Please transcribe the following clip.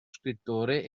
scrittore